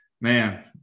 man